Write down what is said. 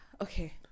okay